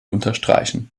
unterstreichen